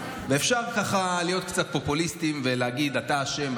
ואפשר להיות קצת פופוליסטיים ולהגיד אתה אשם,